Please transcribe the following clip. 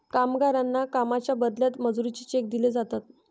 कामगारांना कामाच्या बदल्यात मजुरीचे चेक दिले जातात